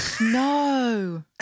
No